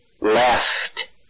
left